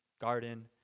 garden